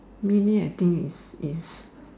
mainly I think is is